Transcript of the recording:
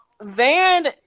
Van